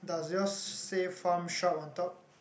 does yours say Farm Shop on top